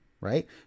Right